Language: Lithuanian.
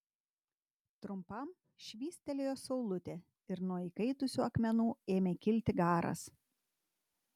trumpam švystelėjo saulutė ir nuo įkaitusių akmenų ėmė kilti garas